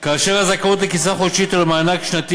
כאשר הזכאות לקצבה חודשית או למענק שנתי